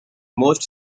most